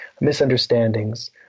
misunderstandings